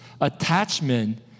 attachment